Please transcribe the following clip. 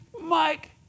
Mike